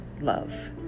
love